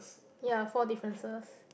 ya four differences